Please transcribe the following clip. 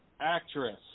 actress